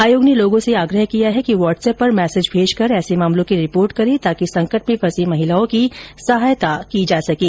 आयोग ने लोगों से आग्रह किया कि व्हाट्सअप पर मैसेज भेजकर ऐसे मामलों की रिपोर्ट करे ताकि संकट में फंसी महिलाओं की सहायता की जा सकें